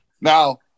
Now